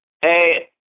hey